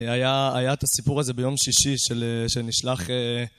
היה היה את הסיפור הזה ביום שישי, של שנשלח...